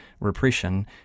repression